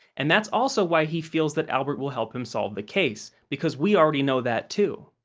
and that's also why he feels that albert will help him solve the case, because we already know that, too.